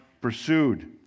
pursued